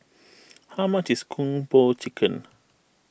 how much is Kung Po Chicken